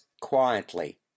quietly